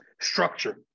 structure